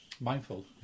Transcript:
mindful